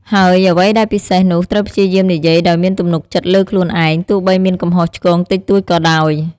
ហើយអ្វីដែលពិសេសនោះ ត្រូវព្យាយាមនិយាយដោយមានទំនុកចិត្តលើខ្លួនឯង ទោះបីមានកំហុសឆ្គងតិចតួចក៏ដោយ។